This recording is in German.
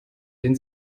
den